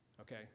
okay